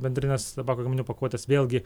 bendrinės tabako gaminių pakuotės vėlgi